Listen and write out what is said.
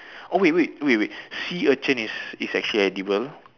oh wait wait wait wait sea urchin is is actually edible